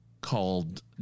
called